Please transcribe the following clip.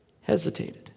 hesitated